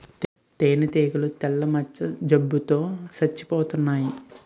తేనీగలు తెల్ల మచ్చ జబ్బు తో సచ్చిపోతన్నాయి